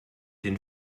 den